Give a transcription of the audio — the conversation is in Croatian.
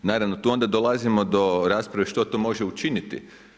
Naravno, tu onda dolazimo do rasprave što to može učiniti?